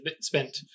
spent